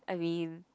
I mean